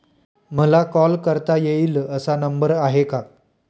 मला कॉल करता येईल असा नंबर आहे का?